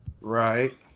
Right